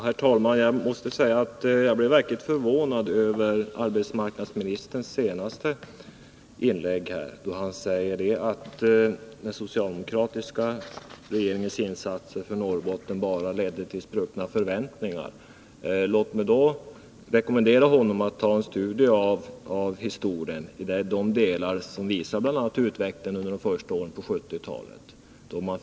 Herr talman! Jag måste säga att jag blev verkligt förvånad över arbetsmarknadsministerns senaste inlägg, där han säger att den socialdemokratiska regeringens insatser för Norrbotten bara ledde till spruckna förväntningar. Låt mig då rekommendera honom att göra en studie av historien i de delar som visar bl.a. utvecklingen under de första åren av 1970-talet.